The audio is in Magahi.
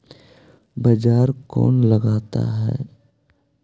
बाजार कौन लगाता है?